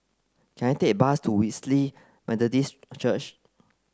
can I take a bus to Wesley Methodist Church